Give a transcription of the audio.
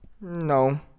No